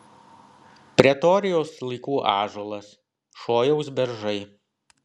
pretorijaus laikų ąžuolas šojaus beržai